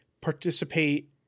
participate